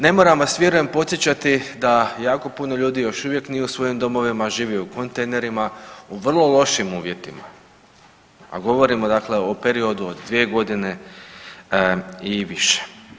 Ne moram vas vjerujem podsjećati da jako puno ljudi još uvijek nije u svojim domovima, živi u kontejnerima u vrlo lošim uvjetima, a govorimo dakle o periodu od 2 godine i više.